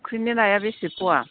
फुख्रिनि नाया बेसे फवा